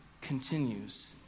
continues